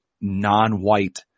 non-white